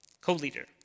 co-leader